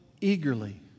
eagerly